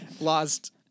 lost